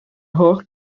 holl